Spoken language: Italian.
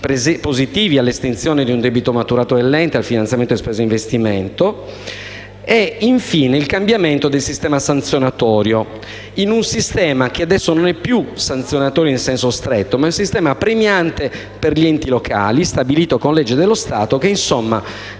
positivi all'estinzione di un debito maturato dall'ente al finanziamento in spese di investimento e, infine, il cambiamento del sistema sanzionatorio in un sistema che adesso non è più sanzionatorio in senso stretto, ma premiante per gli enti locali, stabilito con legge dello Stato che prevede